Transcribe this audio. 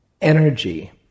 energy